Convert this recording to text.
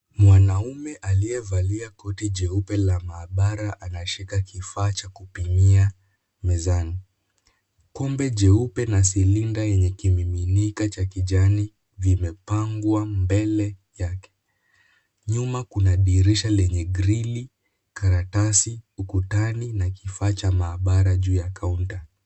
Mwanaume aliyevalia koti jeupe la maabara anashika kifua cha kupimia mezani . Kumbe jeupe na silinda ya kiminika cha kijani vimepangwa mbele yake. Nyuma kuna dirisha yenye grili, karatasi ukutani na vifaa vya maabara ukutani.